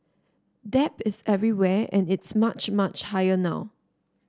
debt is everywhere and it's much much higher now